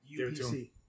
UPC